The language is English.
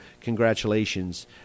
congratulations